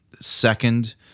second